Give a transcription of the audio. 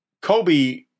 Kobe